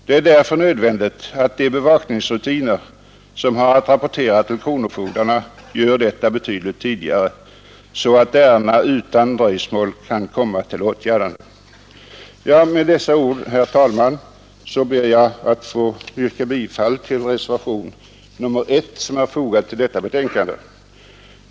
Det är därför nödvändigt att bevakningsrutinerna för rapportering till kronofogdarna betydligt påskyndas, så att ärendena utan dröjsmål kan komma till åtgärdande. Med dessa ord, herr talman, ber jag att få yrka bifall till reservationen 1 som är fogad till detta betänkande.